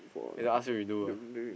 later ask you redo ah